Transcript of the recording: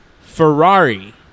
Ferrari